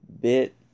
bit